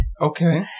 Okay